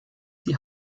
die